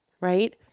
right